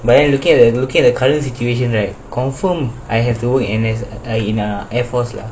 we are looking uh looking at the current situation right confirm I have to work in N_S in uh air force lah